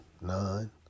nine